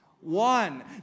One